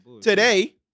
Today